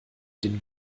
den